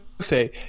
say